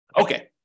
Okay